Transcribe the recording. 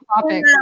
topic